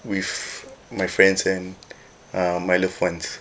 with my friends and uh my loved ones